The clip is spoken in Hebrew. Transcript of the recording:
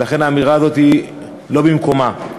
ולכן האמירה הזאת היא לא במקומה.